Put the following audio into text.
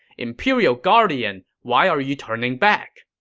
imperial guardian, why are you turning back?